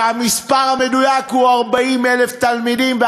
והמספר המדויק הוא 40,000 תלמידים.